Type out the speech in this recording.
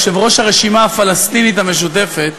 יושב-ראש הרשימה הפלסטינית המשותפת,